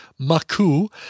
Maku